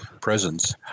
presence